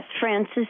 Francis